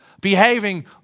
behaving